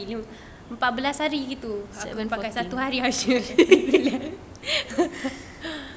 empat belas hari begitu dapatkan satu hari I'm not sure